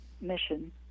mission